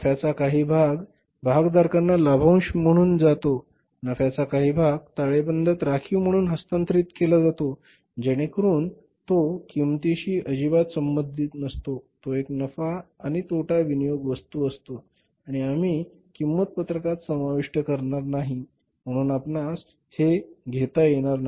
नफ्याचा काही भाग भागधारकांना लाभांश म्हणून जातो नफ्याचा काही भाग ताळेबंदात राखीव म्हणून हस्तांतरित केला जातो जेणेकरुन तो किंमतीशी अजिबात संबंधित नसतो तो एक नफा आणि तोटा विनियोग वस्तू असतो आणि आम्ही किंमत पत्रकात समाविष्ट करणार नाही म्हणून आपणास हे घेता येणार नाही